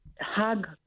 hug